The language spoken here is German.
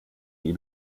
die